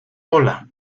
hola